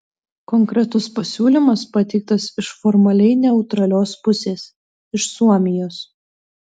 konkretus pasiūlymas pateiktas iš formaliai neutralios pusės iš suomijos